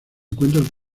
encuentran